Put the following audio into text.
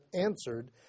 answered